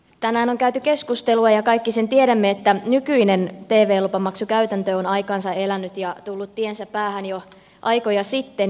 tänään on käyty keskustelua siitä ja kaikki sen tiedämme että nykyinen tv lupamaksukäytäntö on aikansa elänyt ja tullut tiensä päähän jo aikoja sitten